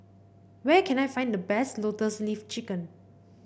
where can I find the best Lotus Leaf Chicken